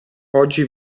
oggi